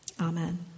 Amen